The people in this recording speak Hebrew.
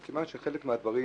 מכיוון שחלק מהדברים,